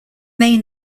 main